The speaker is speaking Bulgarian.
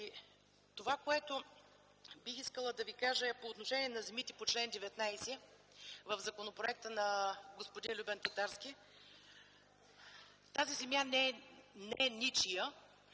Това, което бих искала да Ви кажа, е по отношение на земите по чл. 19 в законопроекта на господин Любен Татарски. Тази земя не е ничия,